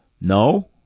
No